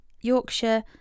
Yorkshire